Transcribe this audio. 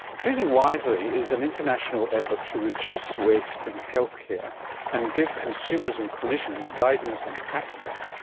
choosing wisely is an international effort to reduce waste in healthcare and give consumers and clinicians guidance on practices,